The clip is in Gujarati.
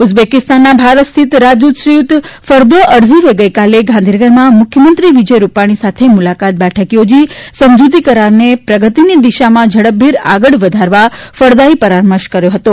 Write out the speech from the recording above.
ઉઝવેકિસ્તાનના ભારત સ્થિત રાજદૂત શ્રીયુત ફરહોદ અર્ઝીવે ગઇકાલે ગાંધીનગરમાં મુખ્યમંત્રીશ્રી વિજય રૂપાણી સાથે મૂલાકાત બેઠક થોજીને સમજૂતિ કરારને પ્રગતિની દિશામાં ઝડપભેર આગળ વધારવા ફળદાયી પરામર્શ કર્યો હતો